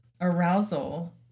arousal